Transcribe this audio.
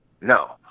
no